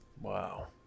Wow